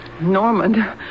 Norman